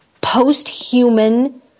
post-human